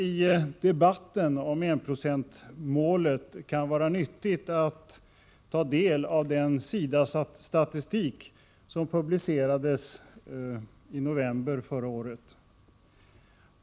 I debatten om enprocentsmålet kan det vara nyttigt att ta del av den SIDA-statistik som publicerades i november förra året.